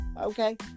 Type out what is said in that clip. Okay